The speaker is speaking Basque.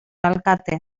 alkate